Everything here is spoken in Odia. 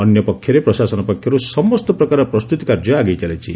ଅନ୍ୟପକ୍ଷରେ ପ୍ରଶାସନ ପକ୍ଷରୁ ସମସ୍ତ ପ୍ରକାର ପ୍ରସ୍ତୁତି କାଯ୍ୟ ଆଗେଇ ଚାଲିଛି